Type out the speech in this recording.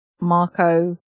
marco